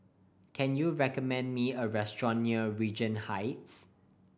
can you recommend me a restaurant near Regent Heights